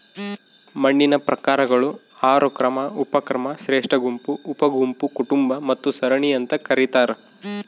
ಮಣ್ಣಿನ ಪ್ರಕಾರಗಳು ಆರು ಕ್ರಮ ಉಪಕ್ರಮ ಶ್ರೇಷ್ಠಗುಂಪು ಉಪಗುಂಪು ಕುಟುಂಬ ಮತ್ತು ಸರಣಿ ಅಂತ ಕರೀತಾರ